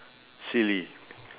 silly